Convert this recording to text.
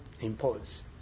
impose